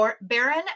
Baron